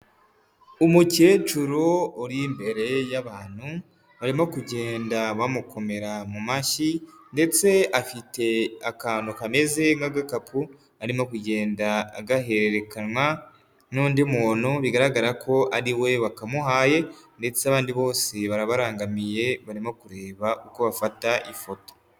Umukecuru uri imbere y'abantu, barimo kugenda bamukomera mu mashyi, ndetse afite akantu kameze nk'agakapu arimo kugenda agahererekanwa n'undi muntu bigaragara ko ari we bakamuhaye, ndetse abandi bose barabarangamiye barimo kureba uko bafata ifoto.